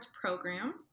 program